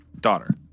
daughter